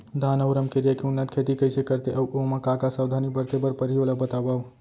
धान अऊ रमकेरिया के उन्नत खेती कइसे करथे अऊ ओमा का का सावधानी बरते बर परहि ओला बतावव?